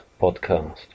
podcast